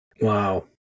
Wow